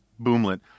boomlet